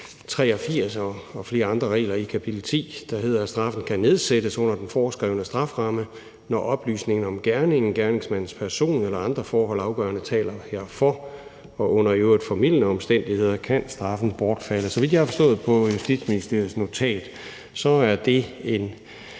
83 og flere andre regler i kapitel 10, der hedder, at straffen kan nedsættes under den foreskrevne strafferamme, når oplysninger om gerningen, gerningsmandens person eller andre forhold afgørende taler herfor, og under i øvrigt formildende omstændigheder kan straffen bortfalde. Så vidt jeg har forstået på Justitsministeriets notat, er det en